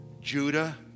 Judah